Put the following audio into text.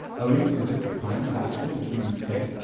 owing to the different kinds of actions that humans take,